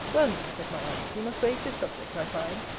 well, niece, said my aunt, we must wave this subject, i find.